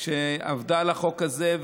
שעבדה על החוק הזה,